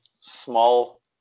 small